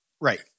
Right